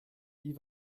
wie